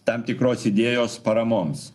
tam tikros idėjos paramoms